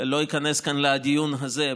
איכנס כאן לדיון הזה,